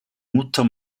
mutter